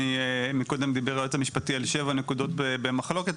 קודם דיבר היועץ המשפטי על שבע נקודות במחלוקת,